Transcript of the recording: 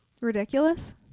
ridiculous